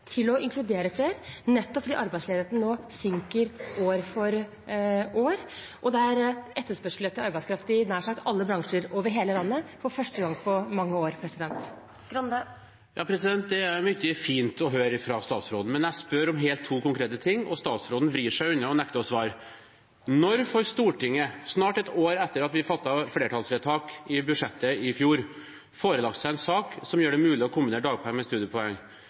til å inkludere flere fordi arbeidsledigheten synker år for år, og det er etterspørsel etter arbeidskraft i nær sagt alle bransjer over hele landet for første gang på mange år. Det er mye fint å høre fra statsråden, men jeg spør om to helt konkrete ting, og statsråden vrir seg unna og nekter å svare. Når får Stortinget – snart et år etter at vi fattet flertallsvedtak i forbindelse med budsjettbehandlingen i fjor – seg forelagt en sak som gjør det mulig å kombinere dagpenger med studiepoeng?